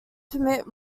permit